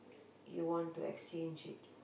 you want to exchange it